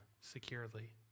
securely